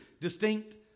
distinct